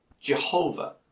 Jehovah